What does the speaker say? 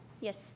yes